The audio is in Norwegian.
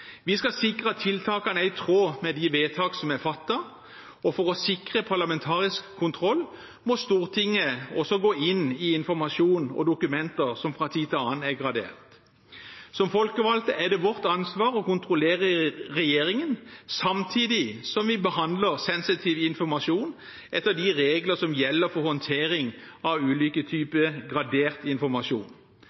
Vi skal sikre at tiltakene er i tråd med de vedtak som er fattet. For å sikre parlamentarisk kontroll må Stortinget fra tid til annen gå inn i informasjon og dokumenter som er gradert. Som folkevalgte er det vårt ansvar å kontrollere regjeringen samtidig som vi behandler sensitiv informasjon etter de regler som gjelder for håndtering av ulike typer gradert informasjon.